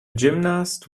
gymnast